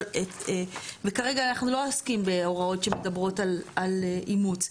וכרגע אנחנו לא עוסקים בהוראות שעוסקות על אימוץ.